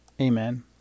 Amen